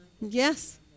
Yes